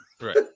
right